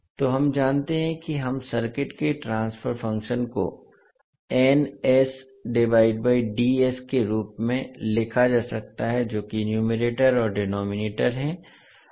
तो हम जानते हैं कि हम सर्किट के ट्रांसफर फ़ंक्शन को के रूप में लिखा जा सकता है जो कि न्यूमेरेटर और डिनोमिनेटर है